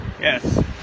Yes